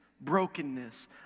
brokenness